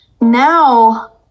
now